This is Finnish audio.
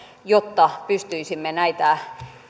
jotta pystyisimme näitä